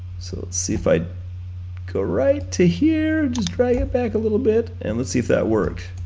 so let's see if i go right to here, just drag it back a little bit, and let's see if that worked.